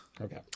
Okay